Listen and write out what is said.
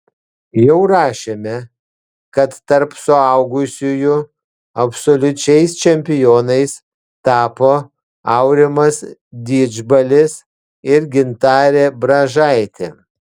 jau rašėme kad tarp suaugusiųjų absoliučiais čempionais tapo aurimas didžbalis ir gintarė bražaitė